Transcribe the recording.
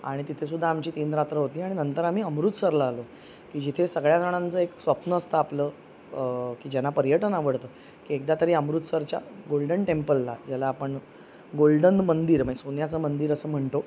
आणि तिथेसुद्धा आमची तीन रात्र होती आणि नंतर आम्ही अमृतसरला आलो की जिथे सगळ्याजणांचं एक स्वप्न असतं आपलं की ज्यांना पर्यटन आवडतं की एकदा तरी अमृतसरच्या गोल्डन टेम्पलला ज्याला आपण गोल्डन मंदिर म्हणजे सोन्याचं मंदिर असं म्हणतो